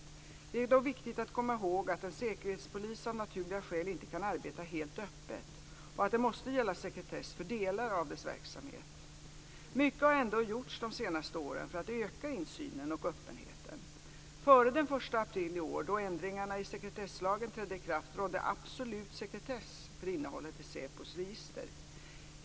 Det är dock viktigt att komma ihåg att en säkerhetspolis av naturliga skäl inte kan arbeta helt öppet och att sekretess måste gälla för delar av dess verksamhet. Mycket har ändå gjorts de senaste åren för att öka insynen och öppenheten. Före den 1 april i år, då ändringarna i sekretesslagen trädde i kraft, rådde absolut sekretess för innehållet i SÄPO:s register.